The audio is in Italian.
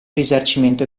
risarcimento